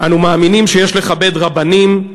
"אנו מאמינים שיש לכבד רבנים,